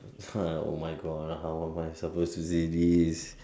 !huh! oh my god how am I supposed to say this